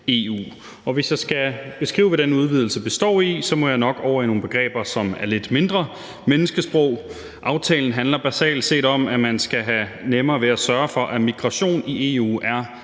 hvis jeg skal beskrive, hvad den udvidelse består i, må jeg nok bevæge mig over i nogle begreber, som er lidt mindre menneskesprog. Aftalen handler basalt set om, at man skal have nemmere ved at sørge for, at migration i EU er